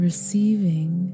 Receiving